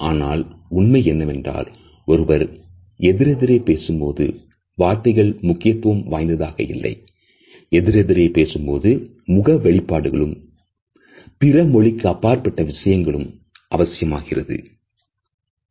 இந்த சிறிய மற்றும் பெரியஉடல்கூறு வெளிப்பாடுகள் அடிப்படையில் தொடுதல் மூலமாகவும் பார்த்தல் மூலமாகவும் நடைபெற்றாலும் இவைகளில் பெரும்பாலான பரிமாற்றங்கள் உடலின் பாகங்கள் வெளிப்படுத்தினாலும் இவற்றில் பல விஷயங்கள் உடற்பாகங்களை சார்ந்தவெளிப்பாடுகளாக கண்டிப்பாகவும் அவசியமாகும் இருப்பதில்லை